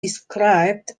described